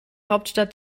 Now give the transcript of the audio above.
hauptstadt